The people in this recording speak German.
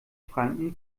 franken